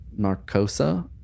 Narcosa